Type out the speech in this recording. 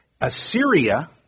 Assyria